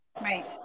right